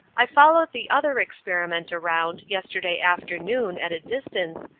i followed the other experiment around, yesterday afternoon, at a distance,